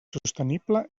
sostenible